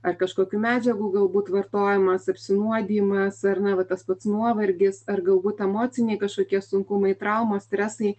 ar kažkokių medžiagų galbūt vartojimas apsinuodijimas ar na va tas pats nuovargis ar galbūt emociniai kažkokie sunkumai traumos stresai